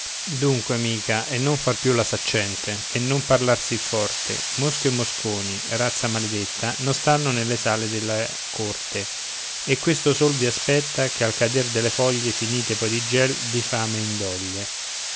dunque amica non far più la saccente e non parlar sì forte mosche e mosconi razza maledetta non stanno nelle sale della corte e questo sol vi aspetta che al cader delle foglie finite poi di gel di fame e in doglie